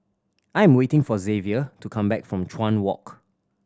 I am waiting for Xavier to come back from Chuan Walk